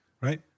right